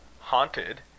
Haunted